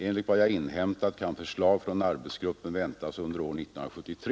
Enligt vad jag inhämtat kan förslag från arbetsgruppen väntas under år 1973.